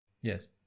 Yes